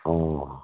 অঁ